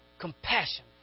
Compassion